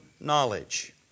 knowledge